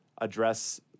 address